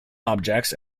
objects